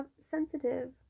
sensitive